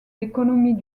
l’économie